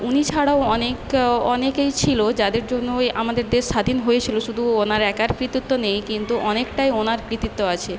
উনি ছাড়াও অনেকও অনেকেই ছিলো যাদের জন্য ওই আমাদের দেশ স্বাধীন হয়েছিলো শুধু ওনার একার কৃতিত্ব নেই কিন্তু অনেকটাই ওনার কৃতিত্ব আছে